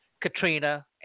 Katrina